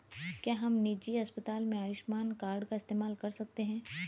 क्या हम निजी अस्पताल में आयुष्मान कार्ड का इस्तेमाल कर सकते हैं?